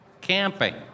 camping